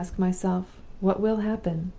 i ask myself, what will happen?